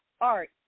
Art